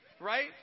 right